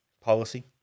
Policy